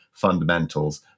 fundamentals